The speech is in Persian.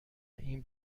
این